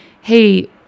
Hey